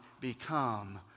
become